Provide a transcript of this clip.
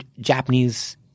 Japanese